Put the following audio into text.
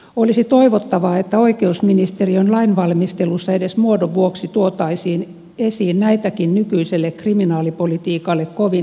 olisi toivottavaa että oikeusministeriön lainvalmistelussa edes muodon vuoksi tuotaisiin esiin näitäkin nykyiselle kriminaalipolitiikalle kovin toisarvoisia tavoitteita